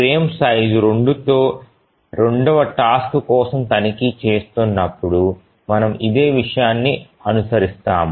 frame size 2 తో రెండవ task కోసం తనిఖీ చేస్తున్నప్పుడు మనము ఇదే విషయాన్ని అనుసరిస్తాము